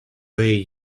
way